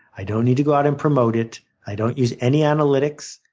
i don't need to go out and promote it. i don't use any analytics.